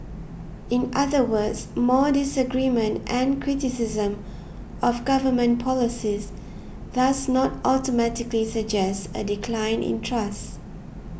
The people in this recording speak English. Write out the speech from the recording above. in other words more disagreement and criticism of government policies does not automatically suggest a decline in trust